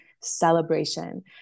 celebration